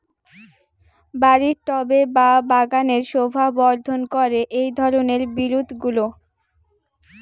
বাড়ির টবে বা বাগানের শোভাবর্ধন করে এই ধরণের বিরুৎগুলো